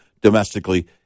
domestically